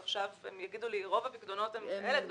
ועכשיו יגידו לי שרוב הפיקדונות הם כאלה גדולים,